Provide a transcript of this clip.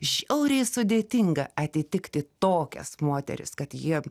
žiauriai sudėtinga atitikti tokias moteris kad jie